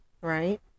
Right